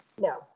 no